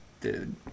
dude